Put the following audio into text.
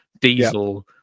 diesel